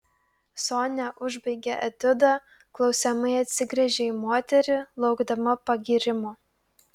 sonia užbaigė etiudą klausiamai atsigręžė į moterį laukdama pagyrimo